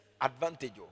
advantage